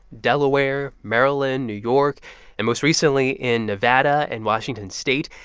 delaware, maryland, new york and most recently in nevada and washington state,